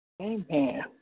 Amen